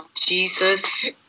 jesus